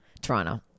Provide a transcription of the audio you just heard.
Toronto